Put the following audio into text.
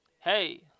hey